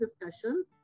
discussion